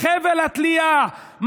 חבל התלייה,